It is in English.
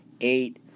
eight